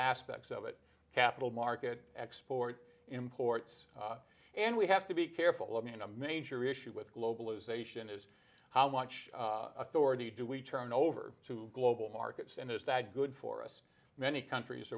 aspects of it capital market export imports and we have to be careful i mean a major issue with globalization is how much authority do we turn over to global markets and is that good for us many countries